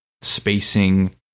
spacing